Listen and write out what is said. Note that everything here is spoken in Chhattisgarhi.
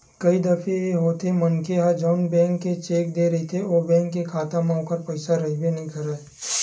कई दफे ए होथे मनखे ह जउन बेंक के चेक देय रहिथे ओ बेंक के खाता म ओखर पइसा रहिबे नइ करय